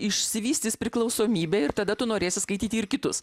išsivystys priklausomybė ir tada tu norėsi skaityti ir kitus